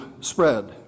spread